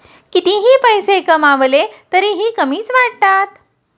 कितीही पैसे कमावले तरीही कमीच वाटतात